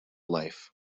life